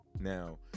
Now